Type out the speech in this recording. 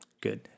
Good